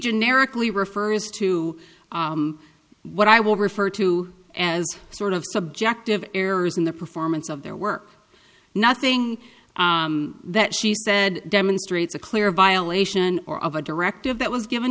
generically refers to what i will refer to as sort of subjective errors in the performance of their work nothing that she said demonstrates a clear violation or of a directive that was given